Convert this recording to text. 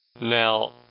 Now